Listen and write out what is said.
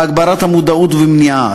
בהגברת המודעות ובמניעה,